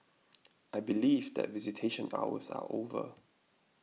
I believe that visitation hours are over